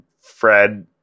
Fred